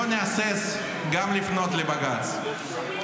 לא נהסס גם לפנות לבג"ץ.